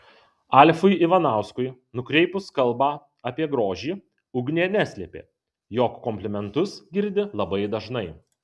alfui ivanauskui nukreipus kalbą apie grožį ugnė neslėpė jog komplimentus girdi labai dažnai